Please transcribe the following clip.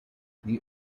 these